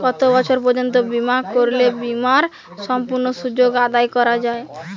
কত বছর পর্যন্ত বিমা করলে বিমার সম্পূর্ণ সুযোগ আদায় করা য়ায়?